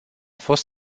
fost